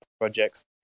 projects